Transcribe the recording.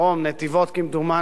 נתיבות כמדומני,